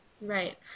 Right